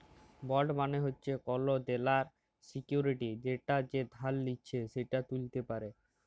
bond মালে হচ্যে call দেলার সিকুইরিটি যেটা যে ধার লিচ্ছে সে ত্যুলতে পারে